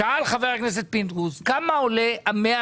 שאל חבר הכנסת פינדרוס כמה עולה ה-100